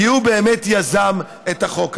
כי הוא באמת יזם את החוק הזה.